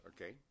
Okay